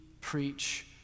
preach